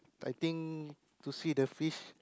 I think to see the fish